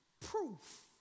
proof